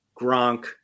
Gronk